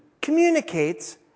communicates